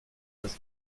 was